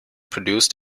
produced